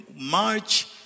march